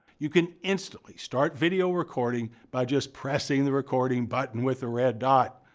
you can instantly start video recording by just pressing the recording button, with the red dot.